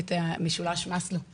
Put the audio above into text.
הישובים האלה,